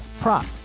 prop